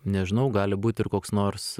nežinau gali būt ir koks nors